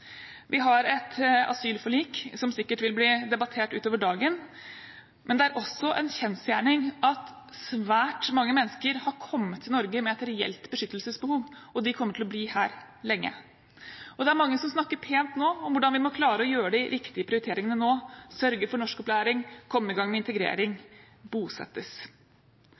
Vi har et asylforlik, som sikkert vil bli debattert utover dagen. Men det er også en kjensgjerning at svært mange mennesker har kommet til Norge med et reelt beskyttelsesbehov, og de kommer til å bli her lenge. Det er mange som snakker pent om hvordan vi må klare å gjøre de riktige prioriteringene nå, sørge for norskopplæring, komme i gang med integrering og at folk bosettes.